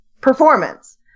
performance